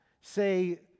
say